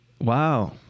Wow